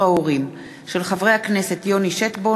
מאת חברי הכנסת איילת שקד,